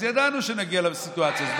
אז ידענו שנגיע לסיטואציה הזאת.